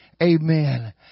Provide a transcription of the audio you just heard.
amen